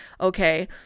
Okay